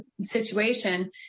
situation